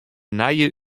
nije